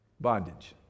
Bondage